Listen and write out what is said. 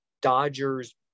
dodgers